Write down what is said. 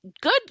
good